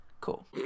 Cool